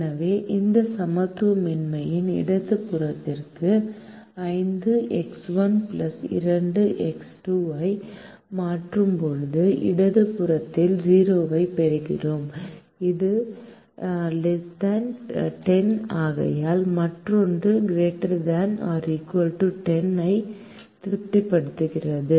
எனவே இந்த சமத்துவமின்மையின் இடது புறத்திற்கு 5X1 2X2 ஐ மாற்றும் போது இடது புறத்தில் 0 ஐப் பெறுகிறோம் இது 10 ஆகையால் மற்றொன்று ≥ 10 ஐ திருப்திப்படுத்துகிறது